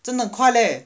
真的快 leh